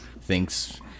thinks